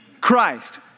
Christ